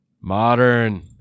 Modern